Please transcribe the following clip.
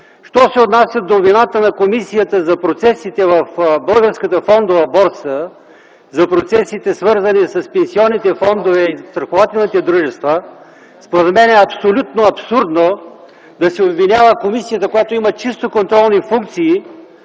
Що се отнася до вината на комисията за процесите в Българската фондова борса, за процесите, свързани с пенсионните фондове и застрахователните дружества, според мен е абсолютно абсурдно да се обвинява комисията, която има чисто контролни функции,